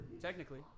technically